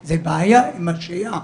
זה בעיה עם השהייה.